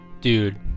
Dude